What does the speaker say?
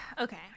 okay